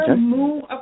move